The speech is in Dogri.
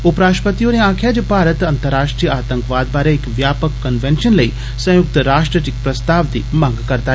उपराश्ट्रपति होरें आक्खेआ जे भारत अंतर्राश्ट्रीय आतंकवाद बारै इक व्यापक कन्वेंषन लेई संयुक्त राश्ट्र च इक प्रस्ताव दी मंग करदा ऐ